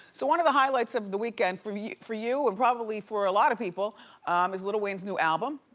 so one of the highlights of the weekend for you for you and probably for a lot of people um is lil wayne's new album.